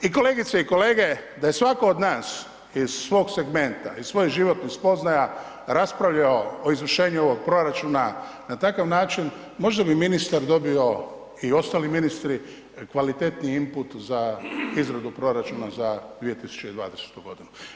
I kolegice i kolege, da je svako od nas iz svog segmenta iz svojih životnih spoznaja raspravljao i izvršenju ovog proračuna na takav način, možda bi ministar dobio i ostali ministri kvalitetniji imput za izradu proračuna za 2020. godinu.